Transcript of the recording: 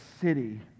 city